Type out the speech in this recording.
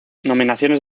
nominaciones